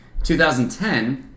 2010